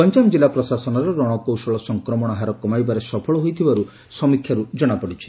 ଗଞ୍ଞାମ ଜିଲ୍ଲା ପ୍ରଶାସନର ରଶକୌଶଳ ସଂକ୍ରମଣ ହାର କମାଇବାରେ ସଫଳ ହୋଇଥିବା ସମୀକ୍ଷାରୁ ଜଶାଯାଇଛି